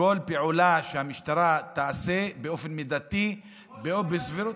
כל פעולה שהמשטרה תעשה באופן מידתי ובסבירות,